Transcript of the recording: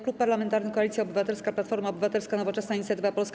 Klub Parlamentarny Koalicja Obywatelska - Platforma Obywatelska, Nowoczesna, Inicjatywa Polska,